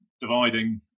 dividing